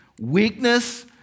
weakness